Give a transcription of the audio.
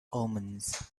omens